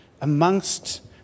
amongst